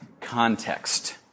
context